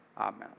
amen